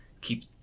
keep